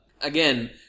again